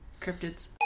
Cryptids